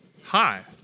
Hi